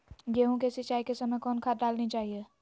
गेंहू के सिंचाई के समय कौन खाद डालनी चाइये?